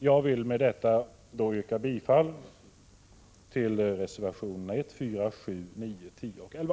Jag vill med detta yrka bifall till reservationerna 1,4, 7,9, 10 och 11.